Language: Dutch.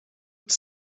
het